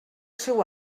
seu